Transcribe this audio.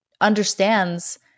understands